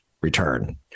return